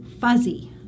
fuzzy